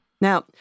Now